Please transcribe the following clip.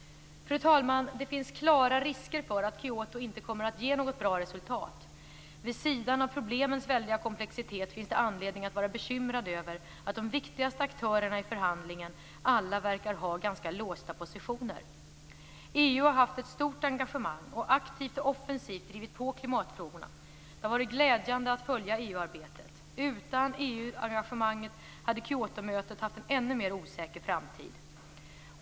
Fru talman! Det finns klara risker för att Kyotomötet inte kommer att ge något bra resultat. Vid sidan av problemens väldiga komplexitet finns det anledning att vara bekymrad över att de viktigaste aktörerna i förhandlingen alla verkar ha ganska låsta positioner. EU har haft ett stort engagemang och aktivt och offensivt drivit på klimatfrågorna. Det har varit glädjande att följa EU-arbetet. Utan EU-engagemanget hade Kyotomötet haft en ännu mer osäker framtid.